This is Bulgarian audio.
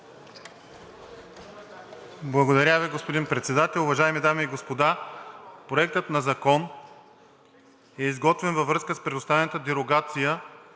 Благодаря Ви, господин Председател. Уважаеми дами и господа, Проектът на закон е изготвен във връзка с предоставената дерогация